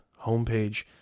homepage